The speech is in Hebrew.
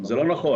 זה לא נכון.